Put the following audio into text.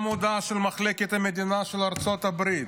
גם הודעה של מחלקת המדינה של ארצות הברית,